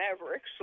mavericks